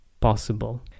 possible